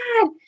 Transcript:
God